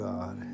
God